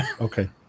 okay